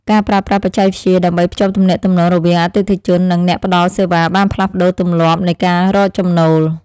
ការប្រើប្រាស់បច្ចេកវិទ្យាដើម្បីភ្ជាប់ទំនាក់ទំនងរវាងអតិថិជន និងអ្នកផ្តល់សេវាបានផ្លាស់ប្តូរទម្លាប់នៃការរកចំណូល។